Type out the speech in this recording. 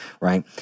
right